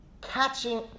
catching